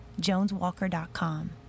joneswalker.com